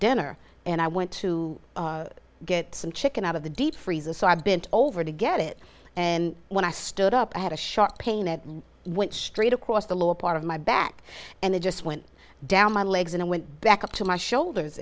dinner and i went to get some chicken out of the deep freezer so i've been over to get it and when i stood up i had a sharp pain it went straight across the lower part of my back and it just went down my legs and i went back up to my shoulders